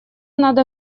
надо